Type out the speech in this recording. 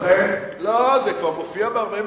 לכן, לא, זה כבר מופיע בהרבה מקומות.